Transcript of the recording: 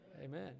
Amen